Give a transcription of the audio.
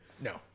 No